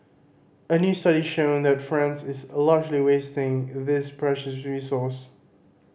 a new study shows that France is largely wasting this precious resource